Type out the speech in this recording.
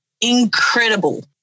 incredible